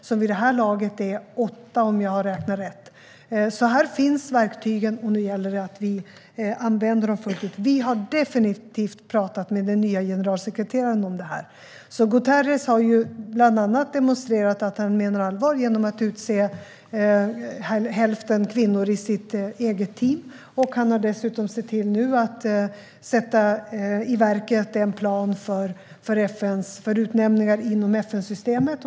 Det är vid det här laget åtta resolutioner, om jag har räknat rätt. Här finns alltså verktygen, och nu gäller det att vi använder dem fullt ut. Vi har definitivt talat med den nye generalsekreteraren om detta. Guterres har bland annat demonstrerat att han menar allvar genom att utse hälften kvinnor i sitt eget team, och han har dessutom sett till att sätta en plan i verket för utnämningar inom FN-systemet.